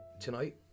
tonight